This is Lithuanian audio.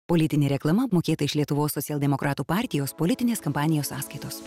politinė reklama apmokėta iš lietuvos socialdemokratų partijos politinės kampanijos sąskaitos